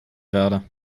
werde